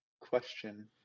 question